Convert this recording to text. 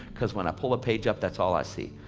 cause when i pull a page up, that's all i see.